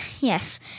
Yes